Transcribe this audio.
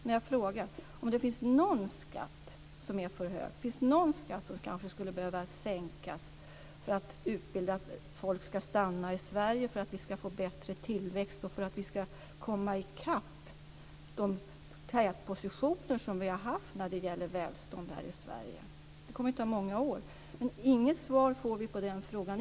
Finns det någon skatt som är för hög, finns det någon skatt som skulle behöva sänkas, så att utbildat folk stannar i Sverige för att det ska bli bättre tillväxt och för att vi ska komma i kapp de tätpositioner som Sverige har haft i välstånd? Det kommer att ta många år.